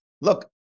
look